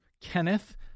Kenneth